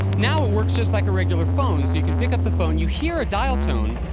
now, it works just like a regular phone. so you can pick up the phone, you hear a dial tone,